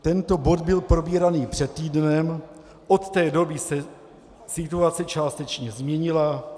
Tento bod byl probíraný před týdnem, od té doby se situace částečně změnila.